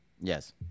Yes